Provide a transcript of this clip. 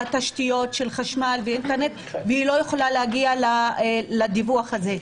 תשתיות של חשמל ואינטרנט והיא לא יכולה להגיע לדיווח זה.